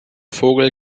vogel